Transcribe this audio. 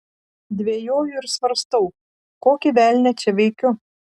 dvejoju ir svarstau kokį velnią čia veikiu